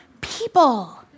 people